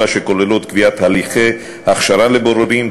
שכוללות קביעת הליכי הכשרה לבוררים,